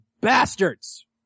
bastards